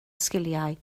sgiliau